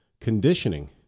conditioning